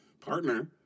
partner